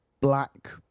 black